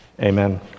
Amen